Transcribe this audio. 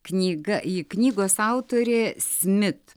knyga knygos autorė smit